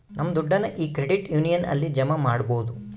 ನಮ್ ದುಡ್ಡನ್ನ ಈ ಕ್ರೆಡಿಟ್ ಯೂನಿಯನ್ ಅಲ್ಲಿ ಜಮಾ ಮಾಡ್ಬೋದು